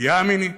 נטייה מינית?